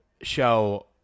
show